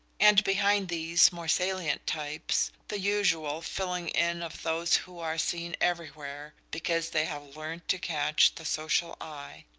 and, behind these more salient types, the usual filling in of those who are seen everywhere because they have learned to catch the social eye.